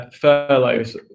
furloughs